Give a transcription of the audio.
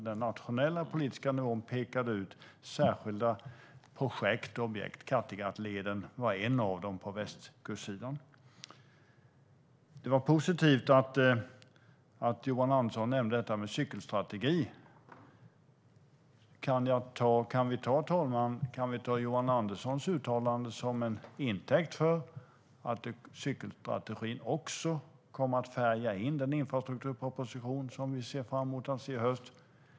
Den nationella politiska nivån pekade alltså ut särskilda projekt och objekt. Kattegattleden var en av dessa på västkustsidan. Det var positivt att Johan Andersson nämnde detta med cykelstrategi. Kan vi, herr talman, ta Johan Anderssons uttalande till intäkt för att cykelstrategin också kommer att färga in den infrastrukturproposition som vi ser fram emot i höst?